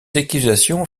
accusations